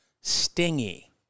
stingy